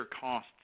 costs